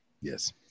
Yes